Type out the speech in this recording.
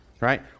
right